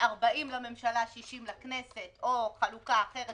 40 לממשלה, 60 לכנסת או חלוקה אחרת